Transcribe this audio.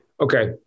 Okay